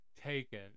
taken